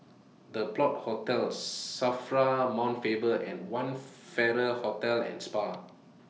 The Plot Hostels SAFRA Mount Faber and one Farrer Hotel and Spa